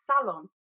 salon